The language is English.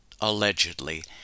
allegedly